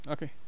Okay